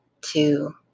two